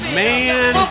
man